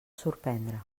sorprendre